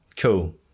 Cool